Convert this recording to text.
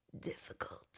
difficult